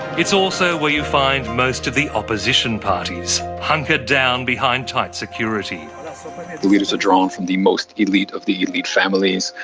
it's also where you find most of the opposition parties, hunkered down behind tight security. the leaders are drawn from the most elite of the elite families,